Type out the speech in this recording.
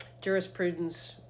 jurisprudence